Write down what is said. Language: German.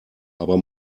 aber